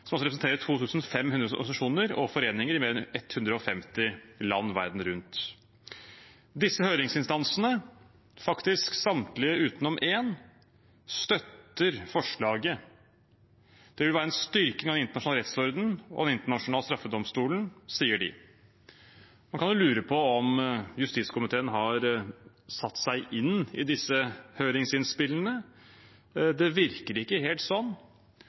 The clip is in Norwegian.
representerer 2 500 organisasjoner og foreninger i mer enn 150 land verden rundt. Disse høringsinstansene, faktisk samtlige utenom én, støtter forslaget. Det vil være en styrking av den internasjonale rettsordenen og Den internasjonale straffedomstolen, sier de. Man kan jo lure på om justiskomiteen har satt seg inn i disse høringsinnspillene. Det virker ikke helt sånn.